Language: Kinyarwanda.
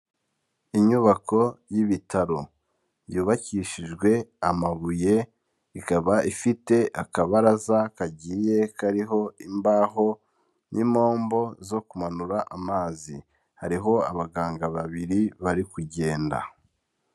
Inyubako y'ibitaro yubakishijwe amabuye, ikaba ifite akabaraza kagiye kariho imbaho n'impombo zo kumanura amazi, hariho abaganga babiri bari kugenda.